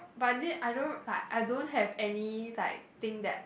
but didn't I don't like I don't have any like thing that